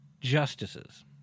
justices